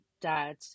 dad